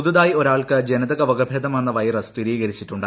പുതുതായി ഒരാൾക്ക് ജനിതക വകഭേദം വന്ന വൈറസ് സ്ഥിരീകരിച്ചിട്ടുണ്ട്